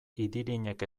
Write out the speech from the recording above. idirinek